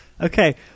Okay